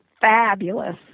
fabulous